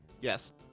Yes